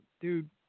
dude